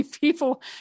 people